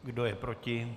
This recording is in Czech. Kdo je proti?